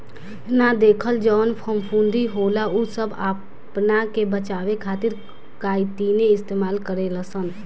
ना देखल जवन फफूंदी होला उ सब आपना के बचावे खातिर काइतीने इस्तेमाल करे लसन